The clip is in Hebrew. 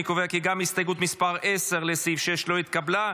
אני קובע כי גם הסתייגות 10 לסעיף 6 לא התקבלה.